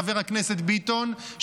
חבר הכנסת ביטון,